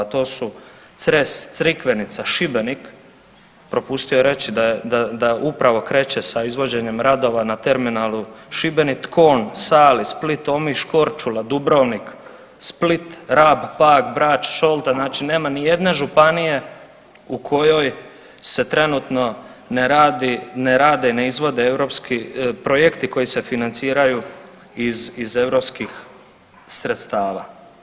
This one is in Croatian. To su Cres, Crikvenica, Šibenik, propustio je reći da upravo kreće sa izvođenjem radova na terminalu Šibenik, Tkon, Sali, Split, Omiš, Korčula, Dubrovnik, Split, Rab, Pag, Brač, Šolta, znači nema nijedne županije u kojoj se trenutno ne radi, ne rade, ne izvode europski projekti koji se financiraju iz, iz europskih sredstava.